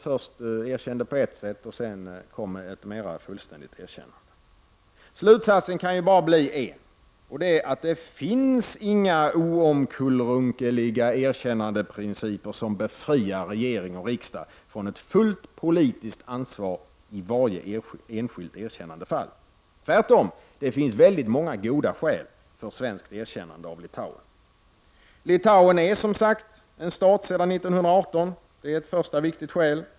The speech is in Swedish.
Först erkände man på ett sätt, och sedan kom ett mera fullständigt erkännande. Slutsatsen kan bara bli en: Det finns inte några oomkullrunkeliga erkännandeprinciper som befriar regering och riksdag från ett fullt politiskt ansvar i varje enskilt erkännandefall. Tvärtom — det finns många goda skäl för svenskt erkännande av Litauen: 1. Litauen är som sagt en stat sedan 1918. Det är ett första viktigt skäl. 2.